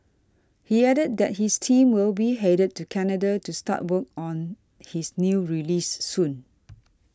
he added that his team will be headed to Canada to start work on his new release soon